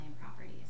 properties